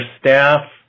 staff